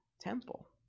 temple